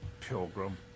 Pilgrim